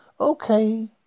Okay